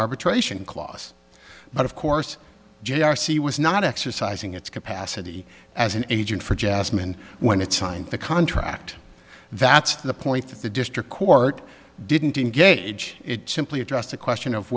arbitration clause but of course j r c was not exercising its capacity as an agent for jasmine when it signed the contract that's the point that the district court didn't engage it simply addressed the question of